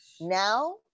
Now